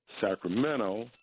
Sacramento